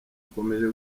ukomeje